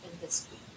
industry